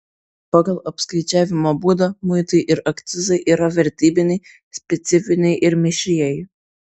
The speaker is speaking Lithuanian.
pagal apskaičiavimo būdą muitai ir akcizai yra vertybiniai specifiniai ir mišrieji